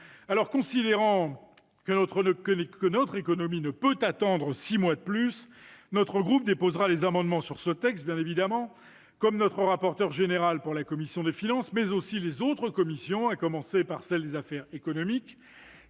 Considérant que notre économie ne peut attendre six mois de plus, mon groupe déposera des amendements sur ce texte, comme notre rapporteur général, au nom de la commission des finances, mais aussi les autres commissions, à commencer par celle des affaires économiques,